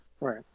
Right